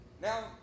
Now